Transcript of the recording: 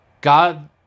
God